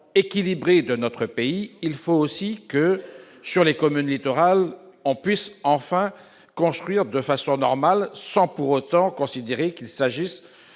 équilibré de notre pays, il faut aussi que, dans les communes littorales, on puisse enfin construire de façon normale, sans qu'il s'agisse